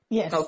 Yes